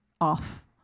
off